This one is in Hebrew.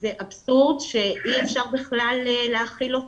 זה אבסורד שאי אפשר בכלל להכיל אותו.